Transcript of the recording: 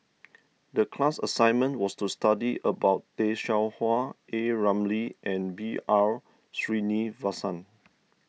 the class assignment was to study about Tay Seow Huah A Ramli and B R Sreenivasan